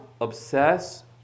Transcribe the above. obsess